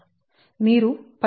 మీరు పరిష్కరిస్తే Ly 0